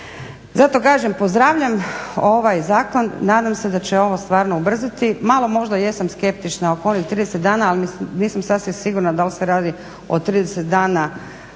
Zato kaže, pozdravljam ovaj zakon, nadam se da će ovo stvarno ubrzati, malo možda jesam skeptična oko onih 30 dana, al nisam sasvim sigurna dal se radi o 30 dana